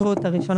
בדצמבר?